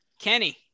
Kenny